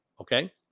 Okay